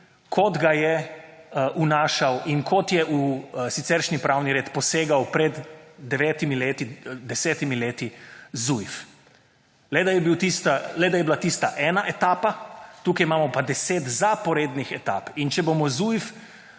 kot ga je vnašal in kot je v siceršnji pravni red posegal pred devetimi leti, desetimi leti ZUJF, le da je bila tista ena etapa, tukaj imamo pa deset zaporednih etap, in če bomo ZUJF